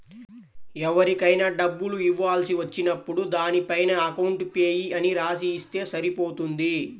ఎవరికైనా డబ్బులు ఇవ్వాల్సి వచ్చినప్పుడు దానిపైన అకౌంట్ పేయీ అని రాసి ఇస్తే సరిపోతుంది